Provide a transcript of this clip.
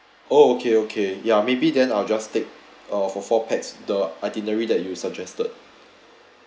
okay okay ya maybe then I'll just take ah for four pax the itinerary that you suggested